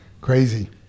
Crazy